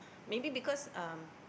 maybe because um